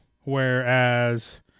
Whereas